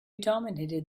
dominated